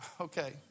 Okay